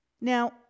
Now